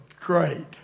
great